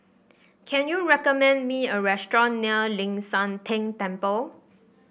can you recommend me a restaurant near Ling San Teng Temple